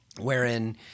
wherein